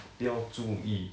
不要注意